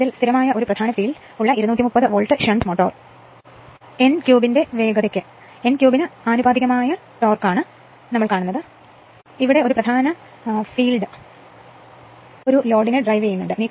സ്ഥിരമായ ഒരു പ്രധാന ഫീൽഡ് ഉള്ള 230 വോൾട്ട് ഷണ്ട് മോട്ടോർ ക്യൂബിന്റെ വേഗതയ്ക്ക് ആനുപാതികമായ ടോർക്ക് ഒരു ലോഡ് നീക്കുന്നു